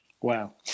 wow